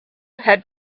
had